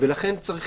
ולכן צריך